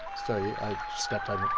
sorry. i stepped on your.